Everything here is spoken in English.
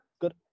Good